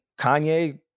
Kanye